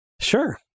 Sure